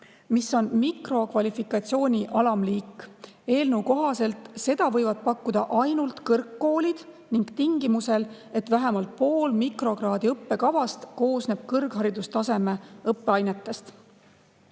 see on mikrokvalifikatsiooni alamliik. Eelnõu kohaselt võivad seda pakkuda ainult kõrgkoolid tingimusel, et vähemalt pool mikrokraadi õppekavast koosneb kõrgharidustaseme õppeainetest.